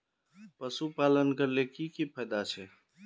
पशुपालन करले की की फायदा छे?